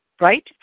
right